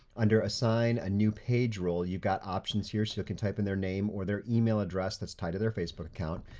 under assign a new page role, you got options here, so you can type in their name or their email address that's tied to their facebook account,